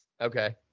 Okay